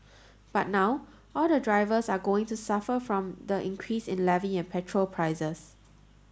but now all the drivers are going to suffer from the increase in levy and petrol prices